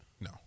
No